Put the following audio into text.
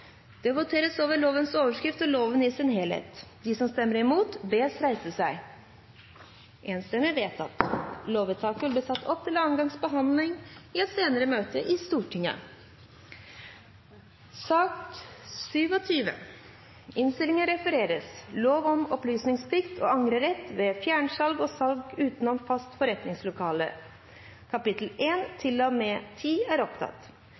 Det voteres over lovens overskrift og loven i sin helhet. Lovvedtaket vil bli ført opp til andre gangs behandling i et senere møte i Stortinget. Dermed er